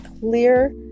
clear